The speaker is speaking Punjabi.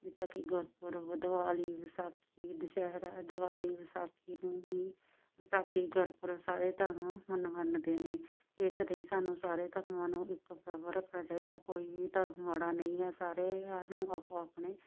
ਜਿੱਦਾਂ ਕਿ ਗੁਰਪੁਰਬ ਦੀਵਾਲੀ ਵਿਸਾਖੀ ਦੁਸਹਿਰਾ ਦੀਵਾਲੀ ਵਿਸਾਖੀ ਨੂੰ ਹੀ ਵਿਸਾਖੀ ਗੁਰਪੁਰਬ ਸਾਰੇ ਧਰਮ ਹੁਣ ਮੰਨਦੇ ਨੇ ਇਸ ਲਈ ਸਾਨੂੰ ਸਾਰੇ ਧਰਮਾਂ ਨੂੰ ਇੱਕੋ ਬਰਾਬਰ ਰੱਖਣਾ ਚਾਹੀਦਾ ਕੋਈ ਵੀ ਧਰਮ ਮਾੜਾ ਨਹੀਂ ਹੈ ਸਾਰਿਆਂ ਨੂੰ ਆਪੋ ਆਪਣੇ